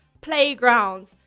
playgrounds